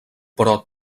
però